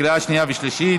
לקריאה שנייה ושלישית.